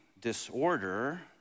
disorder